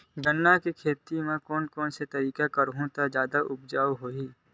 गन्ना के खेती कोन कोन तरीका ले करहु त जादा उपजाऊ होही?